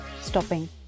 stopping